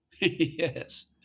Yes